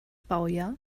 baujahr